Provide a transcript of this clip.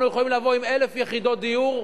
אנחנו יכולים לבוא עם 1,000 יחידות דיור,